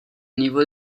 niveau